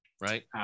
right